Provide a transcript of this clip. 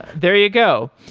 there you go.